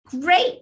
great